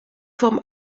vorm